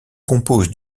compose